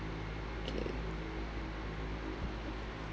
okay